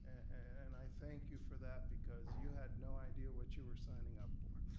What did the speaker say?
and i thank you for that because you had no idea what you were signing up for.